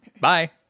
bye